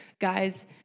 guys